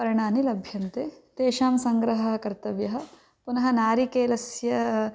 पर्णानि लभ्यन्ते तेषां सङ्ग्रहः कर्तव्यः पुनः नारिकेलस्य